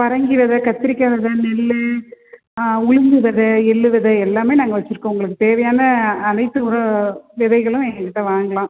பரங்கி வெதை கத்திரிக்காய் வெத நெல் உளுந்து வெதை எள்ளு வெதை எல்லாமே நாங்கள் வெச்சுருக்கோம் உங்களுக்கு தேவையான அனைத்து உர விதைகளும் எங்கள்கிட்ட வாங்கலாம்